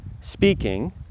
speaking